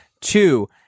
Two